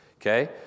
okay